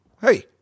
hey